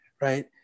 right